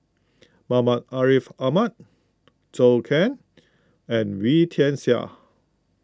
Muhammad Ariff Ahmad Zhou Can and Wee Tian Siak